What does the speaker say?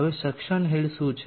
હવે suction head શું છે